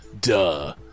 Duh